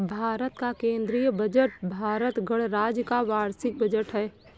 भारत का केंद्रीय बजट भारत गणराज्य का वार्षिक बजट है